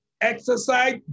exercise